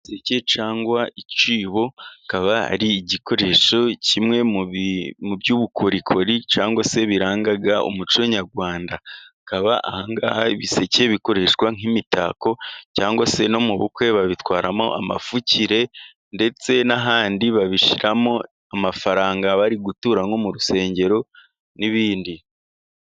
Igiseke cyangwa se icyibo kikaba ari igikoresho kimwe mu by'ubukorikori, cyangwa se biranga umuco nyarwanda. Bikaba aha ngaha ibiseke bikoreshwa nk'imitako, cyangwa se no mu bukwe babitwaramo amapfukire ndetse n'ahandi. Babishyiramo amafaranga bari gutura nko mu rusengero n'ibindi.